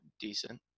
Decent